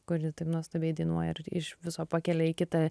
kuri taip nuostabiai dainuoja ir iš viso pakelia į kitą